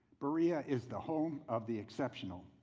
berea is the home of the exceptional,